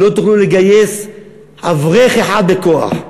לא תוכלו לגייס אברך אחד בכוח.